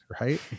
right